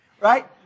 Right